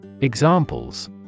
Examples